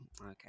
okay